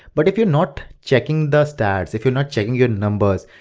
but if you're not checking the stats, if you're not checking your numbers,